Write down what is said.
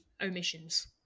omissions